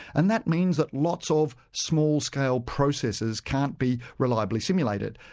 and that means that lots of small-scale processes can't be reliably simulated.